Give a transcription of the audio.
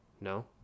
No